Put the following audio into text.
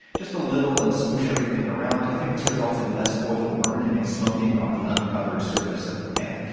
just a little, and smoosh everything around. i think this results in less oil burning and smoking on the uncovered surface of the pan.